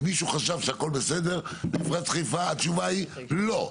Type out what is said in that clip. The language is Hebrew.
אם מישהו חשב שהכל בסדר במפרץ חיפה התשובה היא לא,